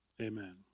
Amen